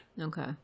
Okay